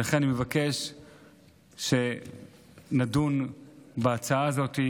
ולכן אני מבקש שנדון בהצעה הזאת,